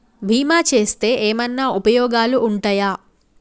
బీమా చేస్తే ఏమన్నా ఉపయోగాలు ఉంటయా?